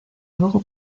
luego